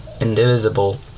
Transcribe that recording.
indivisible